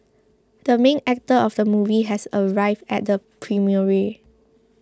the main actor of the movie has arrived at the premiere